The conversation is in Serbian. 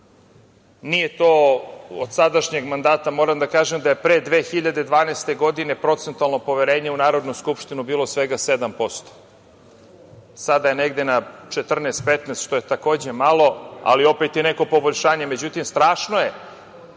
Nije to od sadašnjeg mandata, moram da kažem da je pre 2012. godine procentualno poverenje u Narodnu skupštinu bilo svega 7%. Sada je negde na 14, 15% što je takođe malo, ali opet je neko poboljšanje.Međutim, strašno je